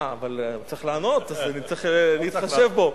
אה, אבל הוא צריך לענות, אז אני צריך להתחשב בו.